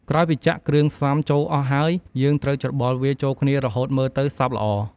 ក្រោយពីចាក់គ្រឿងផ្សំចូលអស់ហើយ យើងត្រូវច្របល់វាចូលគ្នារហូតមើលទៅសព្វល្អ។